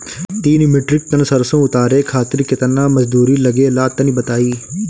तीन metric tonne सरसो उतारे खातिर केतना मजदूरी लगे ला तनि बताई?